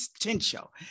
potential